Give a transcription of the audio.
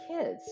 kids